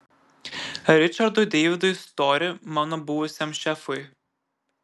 ričardui deividui stori mano buvusiam šefui